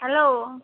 hello